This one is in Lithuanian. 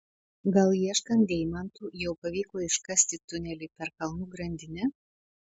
gal ieškant deimantų jau pavyko iškasti tunelį per kalnų grandinę